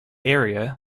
area